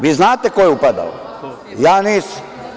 Vi znate ko je upadao, ja nisam.